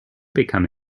become